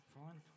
fine